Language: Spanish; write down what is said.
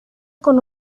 con